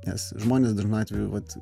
nes žmonės dažnu atveju vat